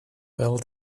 fel